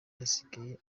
asigaye